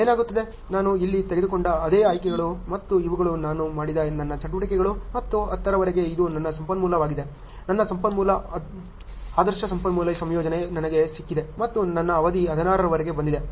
ಏನಾಗುತ್ತದೆ ನಾನು ಇಲ್ಲಿ ತೆಗೆದುಕೊಂಡ ಅದೇ ಆಯ್ಕೆಗಳು ಮತ್ತು ಇವುಗಳು ನಾನು ಮಾಡಿದ ನನ್ನ ಚಟುವಟಿಕೆಗಳು ಮತ್ತು 10 ರವರೆಗೆ ಇದು ನನ್ನ ಸಂಪನ್ಮೂಲವಾಗಿದೆ ನನ್ನ ಸಂಪನ್ಮೂಲ ಆದರ್ಶ ಸಂಪನ್ಮೂಲ ಸಂಯೋಜನೆ ನನಗೆ ಸಿಕ್ಕಿದೆ ಮತ್ತು ನನ್ನ ಅವಧಿ 16 ರವರೆಗೆ ಬಂದಿದೆ